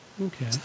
Okay